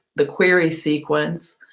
the query sequence,